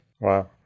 Wow